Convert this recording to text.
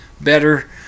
better